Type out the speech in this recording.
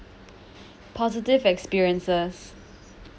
positive experiences